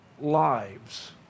lives